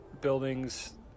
buildings